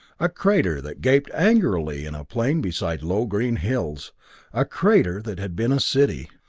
a crater that gaped angrily in a plain beside low green hills a crater that had been a city.